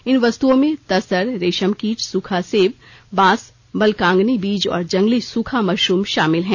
इन वस्तुओं में तसर रेशम कीट सूखा सेव बाँस मलकांगनी बीज और जंगली सूखा मशरूम शामिल हैं